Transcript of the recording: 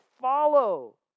follow